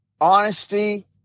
honesty